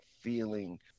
feeling